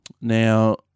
Now